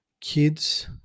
kids